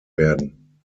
werden